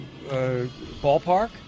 ballpark